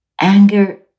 Anger